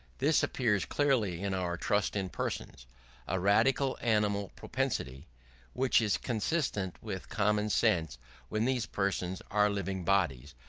this appears clearly in our trust in persons a radical animal propensity which is consonant with common sense when these persons are living bodies,